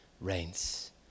reigns